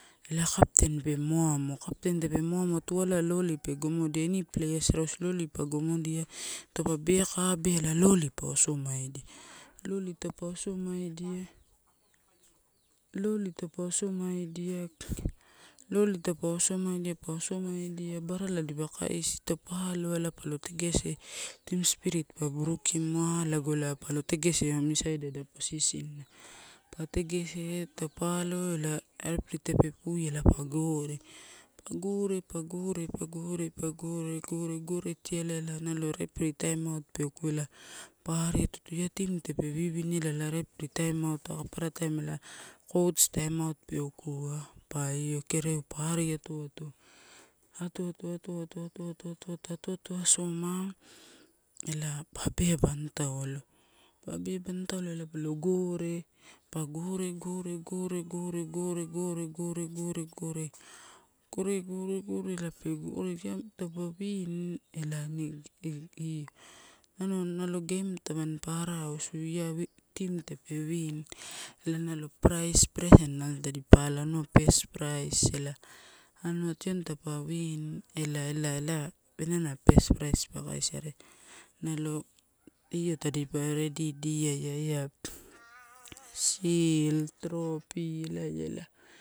Ela captain pe amoa, captain tape moamoa, tualai lolly pe gomodia ini players rausu. Lolly pa gomodia, taupe beaka abeai elai lolly pa osomaidia, lolly taupe osomaidia pa somaidia barala elipa kaisia. Taupa aloa ela pa lo tegese team spirit pa burukimuwa, lago ela palo tegese misaidia ada positionai, pa tegese taupe aloeu ela refree tape puia ela pa gore, pa gore, pa gore, pa gore, pa gore. Gore, gore, gore, gore tialai ela nalo refree taim out pe okua ela pa ia team tape wiwin ela refree taimout aka ppara taim ela coach taimout pe okua, pe io kereu pa ari atoato, pa atoato, aoato, atoato, atoato, atoato, atoato asoma. Ela pa abeabani taulo, pa abeabani taulo ela palo gore, pa gore, gore, gore, gore, gore, gore, gore, gore, gore, gore ela taupa win ela anua nalo game panpa arausu ia team tape win ela nalo price present nalo tadipa alo. Anua pes price, ela anua tioni taupe win ela, ela ena pes price pa kaisia are nalo io tadipa redidia ia eia sil, tropi elai a ela.